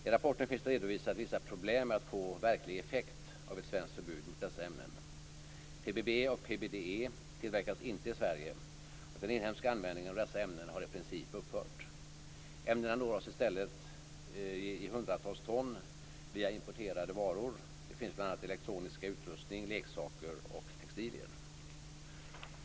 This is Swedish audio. I rapporten finns det redovisat vissa problem med att få verklig effekt av ett svenskt förbud mot dessa ämnen. PBB och PBDE tillverkas inte i Sverige, och den inhemska användningen av dessa ämnen har i princip upphört. Ämnena når oss i stället i hundratals ton via importerade varor. De finns bl.a. i elektronisk utrustning, leksaker och textilier.